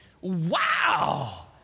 Wow